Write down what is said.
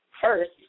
first